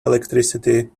electricity